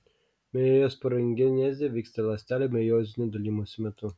mejosporogenezė vyksta ląstelių mejozinio dalijimosi metu